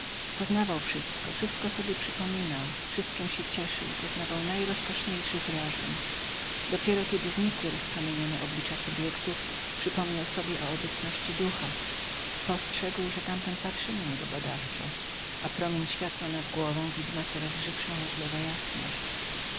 poznawał wszystko wszystko sobie przypominał wszystkiem się cieszył doznawał najrozkoszniejszych wrażeń dopiero kiedy znikły rozpromienione oblicza subiektów przypomniał sobie o obecności ducha spostrzegł że tamten patrzy na niego badawczo a promień światła ponad głową widma coraz żywszą rozlewa jasność